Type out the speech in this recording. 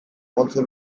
also